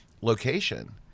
location